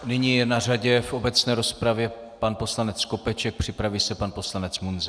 Nyní je na řadě v obecné rozpravě pan poslanec Skopeček, připraví se pan poslanec Munzar.